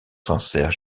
sincère